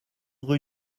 rue